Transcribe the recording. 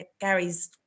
Gary's